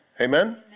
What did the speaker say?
amen